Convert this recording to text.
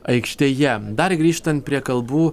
aikštėje dar grįžtant prie kalbų